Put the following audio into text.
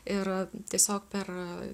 ir tiesiog per